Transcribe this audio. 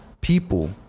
people